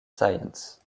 science